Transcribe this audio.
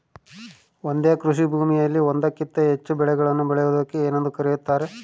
ಒಂದೇ ಕೃಷಿಭೂಮಿಯಲ್ಲಿ ಒಂದಕ್ಕಿಂತ ಹೆಚ್ಚು ಬೆಳೆಗಳನ್ನು ಬೆಳೆಯುವುದಕ್ಕೆ ಏನೆಂದು ಕರೆಯುತ್ತಾರೆ?